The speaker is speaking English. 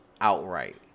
outright